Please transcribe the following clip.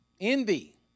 envy